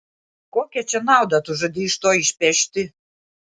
kokią čia naudą tu žadi iš to išpešti